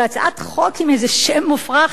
והצעת חוק עם איזה שם מופרך,